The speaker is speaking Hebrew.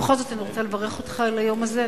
ובכל זאת, אני רוצה לברך אותך על היום הזה.